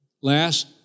Last